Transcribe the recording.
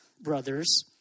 brothers